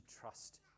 trust